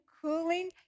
cooling